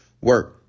work